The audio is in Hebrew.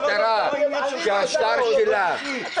משטרה שהשר שלה --- אין לכם גבול?